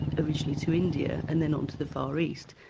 originally to india and then onto the far east.